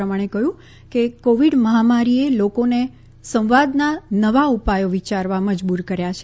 તેમણે કહ્યું કે કોવીડ મહામારીએ લોકોને સંવાદના નવા ઉપાયો વિયારવા મજબુર કર્યો છે